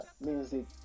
music